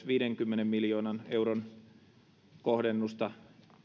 viidenkymmenen miljoonan euron kohdennusta